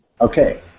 Okay